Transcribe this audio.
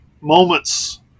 moments